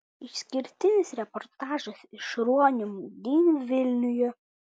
išskirtinis reportažas iš ruonių maudynių vilniuje